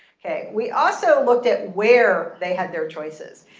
ok. we also looked at where they had their choices.